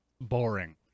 boring